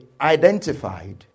identified